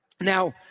Now